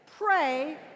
pray